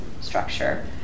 structure